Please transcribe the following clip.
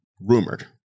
rumored